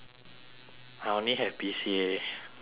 I only have B_C_A